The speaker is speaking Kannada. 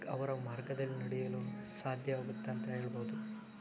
ಅವರ ಮಾರ್ಗದಲ್ಲಿ ನಡೆಯಲು ಸಾಧ್ಯವಾಗುತ್ತೆ ಅಂತ ಹೇಳ್ಬೋದು